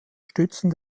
stützen